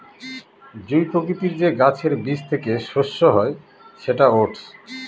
জুঁই প্রকৃতির যে গাছের বীজ থেকে শস্য হয় সেটা ওটস